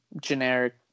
generic